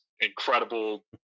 incredible